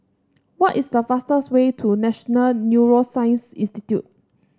what is the fastest way to National Neuroscience Institute